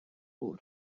pur